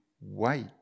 wait